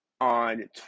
on